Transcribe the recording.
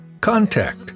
contact